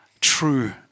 true